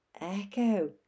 Echo